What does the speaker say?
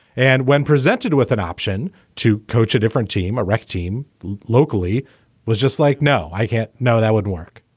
and when presented with an option to coach a different team, a rec team locally was just like, no, i can't. no, that would work.